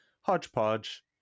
hodgepodge